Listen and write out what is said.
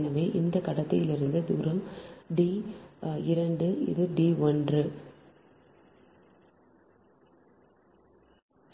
எனவே இந்த கடத்தியிலிருந்து தூரம் d 2 இது d 1